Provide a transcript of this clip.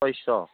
सयस'